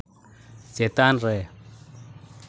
ᱪᱮᱛᱟᱱ ᱨᱮ